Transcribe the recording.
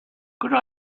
could